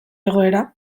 egoera